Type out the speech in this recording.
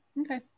Okay